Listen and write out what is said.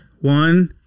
One